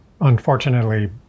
Unfortunately